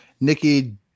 Nikki